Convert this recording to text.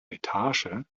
etage